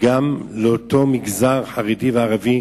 גם לאותם מגזר חרדי ומגזר ערבי,